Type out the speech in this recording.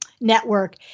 network